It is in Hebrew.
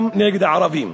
גם נגד הערבים.